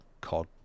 COD